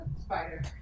Spider